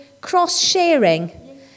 cross-sharing